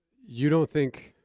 you don't think,